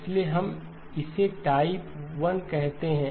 इसलिए हम इसे टाइप 1 कहते हैं